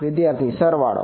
વિદ્યાર્થી સરવાળો